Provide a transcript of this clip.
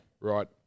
right